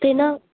ਅਤੇ ਨਾ